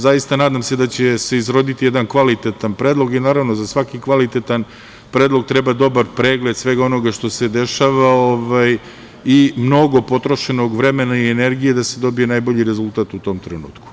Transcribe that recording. Zaista se nadam da će se izroditi jedan kvalitetan predlog i, naravno, za svaki kvalitetan predlog treba dobar pregled svega onoga što se dešava i mnogo potrošenog vremena i energije da se dobije najbolji rezultat u tom trenutku.